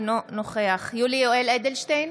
אינו נוכח יולי יואל אדלשטיין,